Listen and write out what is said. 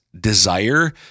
desire